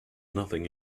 nothing